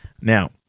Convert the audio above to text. Now